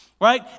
Right